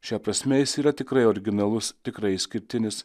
šia prasme jis yra tikrai originalus tikrai išskirtinis